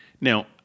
Now